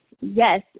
Yes